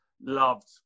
loved